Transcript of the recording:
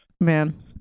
man